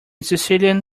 sicilian